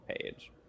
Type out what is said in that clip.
page